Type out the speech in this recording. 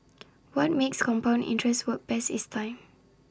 what makes compound interest work best is time